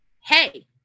Hey